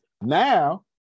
Now